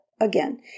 again